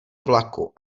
vlaku